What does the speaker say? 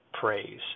praise